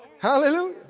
Hallelujah